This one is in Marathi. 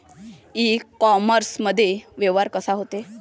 इ कामर्समंदी व्यवहार कसा होते?